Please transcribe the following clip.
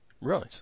Right